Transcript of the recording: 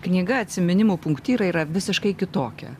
knyga atsiminimų punktyrai yra visiškai kitokia